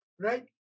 right